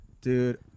dude